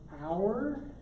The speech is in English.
hour